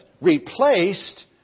replaced